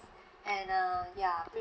and uh ya